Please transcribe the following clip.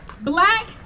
black